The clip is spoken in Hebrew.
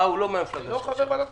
אה, הוא לא מהמפלגה שלך.